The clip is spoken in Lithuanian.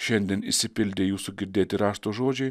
šiandien išsipildė jūsų girdėti rašto žodžiai